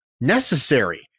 necessary